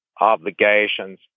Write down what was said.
obligations